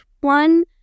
one